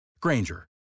Granger